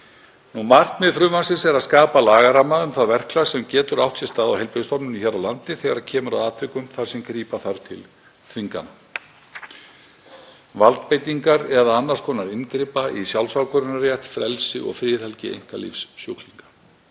Markmið frumvarpsins er að skapa lagaramma um það verklag sem viðhaft er á heilbrigðisstofnunum hér á landi þegar kemur að atvikum þar sem grípa þarf til þvingana, valdbeitingar eða annars konar inngripa í sjálfsákvörðunarrétt, frelsi og friðhelgi einkalífs sjúklinga.